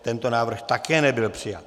Tento návrh také nebyl přijat.